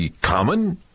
common